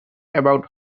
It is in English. about